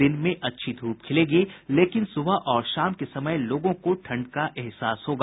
दिन में अच्छी धूप खिलेगी लेकिन सुबह और शाम के समय लोगों को ठंड का एहसास होगा